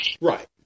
Right